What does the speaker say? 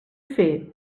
fer